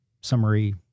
summary